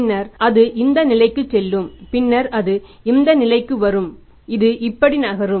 பின்னர் அது இந்த நிலைக்கு செல்லும் பின்னர் அது இந்த நிலைக்கு வரும் இது இப்படி நகரும்